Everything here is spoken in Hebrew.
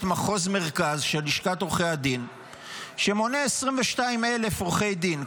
את מחוז מרכז של לשכת עורכי הדין שמונה 22,000 עורכי דין,